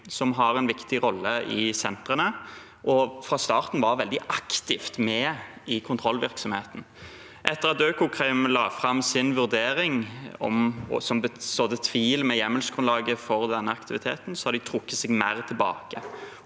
som har en viktig rolle i sentrene, og som fra starten var veldig aktivt med i kontrollvirksomheten. Etter at Økokrim la fram sin vurdering, som sådde tvil om hjemmelsgrunnlaget for denne aktiviteten, har de trukket seg mer tilbake.